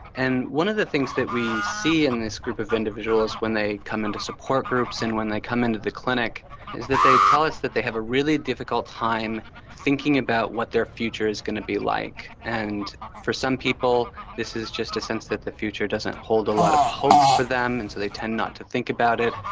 and one of the things that we see in this group of individuals when they come into support groups and when they come into the clinic is that they tell us that they have a really difficult time thinking about what their future is going to be like. and for some people this is just a sense that the future doesn't hold a lot of hope for them and so they tend not to think about it.